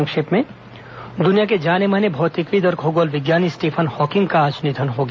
संक्षिप्त समाचार दुनिया के जाने माने भौतिकविद् और खगोलविज्ञानी स्टीफन हॉकिंग का आज निधन हो गया